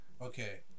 okay